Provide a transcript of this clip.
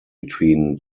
between